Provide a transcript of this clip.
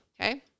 okay